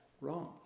Wrong